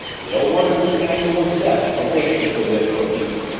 dale wondered which angle was best from which to present her appeal.